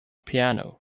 piano